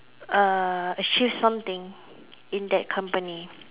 uh she has something in that company